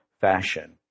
fashion